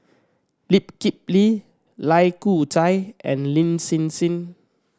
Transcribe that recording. Lee Kip Lee Lai Kew Chai and Lin Hsin Hsin